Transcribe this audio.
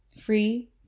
free